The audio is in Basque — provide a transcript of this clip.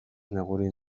negurin